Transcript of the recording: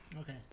okay